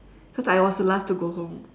cause I was the last to go home